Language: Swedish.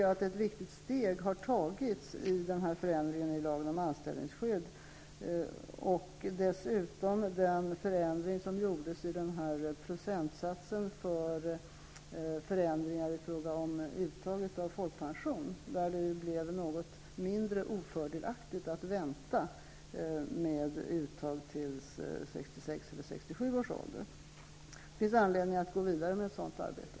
Där har ett viktigt steg tagits genom förändringen i lagen om anställningsskydd, och dessutom genom den förändring av procentsatsen för förändringar i fråga om uttag av folkpension som gjordes. Där blev det något mindre ofördelaktigt att vänta med uttag till 66--67 års ålder. Det finns anledning att gå vidare med ett sådant arbete.